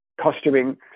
costuming